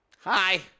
Hi